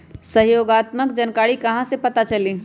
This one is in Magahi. सहयोगात्मक जानकारी कहा से पता चली?